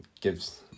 gives